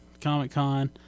Comic-Con